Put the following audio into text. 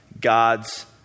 God's